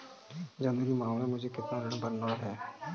जनवरी माह में मुझे कितना ऋण भरना है?